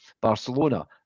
Barcelona